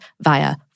via